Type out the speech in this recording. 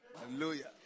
Hallelujah